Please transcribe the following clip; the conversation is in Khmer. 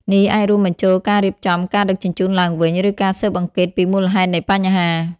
នេះអាចរួមបញ្ចូលការរៀបចំការដឹកជញ្ជូនឡើងវិញ ឬការស៊ើបអង្កេតពីមូលហេតុនៃបញ្ហា។